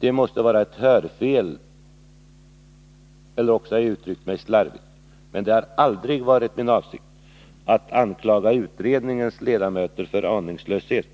Det måste vara ett hörfel, eller också har jag uttryckt mig slarvigt. Det har aldrig varit min avsikt att anklaga utredningens ledamöter för aningslöshet.